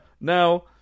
now